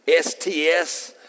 STS